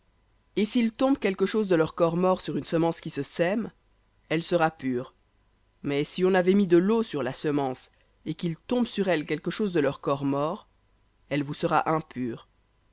et s'il tombe quelque chose de leur corps mort sur une semence qui se sème elle sera pure mais si on avait mis de l'eau sur la semence et qu'il tombe sur elle quelque chose de leur corps mort elle vous sera impure